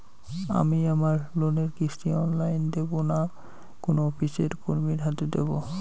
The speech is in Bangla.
আমি আমার লোনের কিস্তি অনলাইন দেবো না কোনো অফিসের কর্মীর হাতে দেবো?